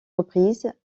reprises